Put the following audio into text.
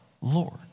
Lord